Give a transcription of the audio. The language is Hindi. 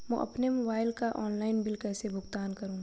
अपने मोबाइल का ऑनलाइन बिल कैसे भुगतान करूं?